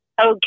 Okay